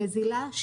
נזילה,